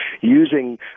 using